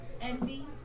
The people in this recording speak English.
envy